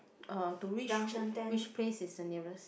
uh to reach who which place is the nearest